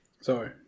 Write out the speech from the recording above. Sorry